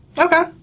Okay